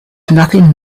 nothing